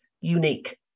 unique